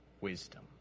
wisdom